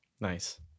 Nice